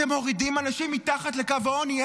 אתם מורידים אנשים מתחת לקו העוני,